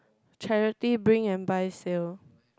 charity bring and buy sale